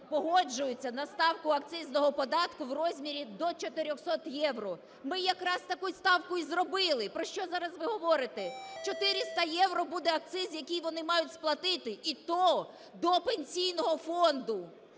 погоджуються на ставку акцизного податку в розмірі до 400 євро. Ми якраз таку ставку і зробили. Про що зараз ви говорите? 400 євро буде акциз, який вони мають сплатити, і то до Пенсійного фонду.